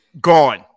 Gone